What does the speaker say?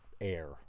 air